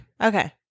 okay